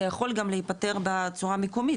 זה יכול גם להיפתר בצורה המקומית,